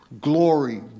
Glory